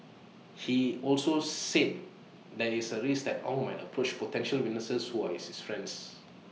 he also said there is A risk that Ong might approach potential witnesses who are his friends